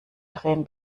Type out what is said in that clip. drehen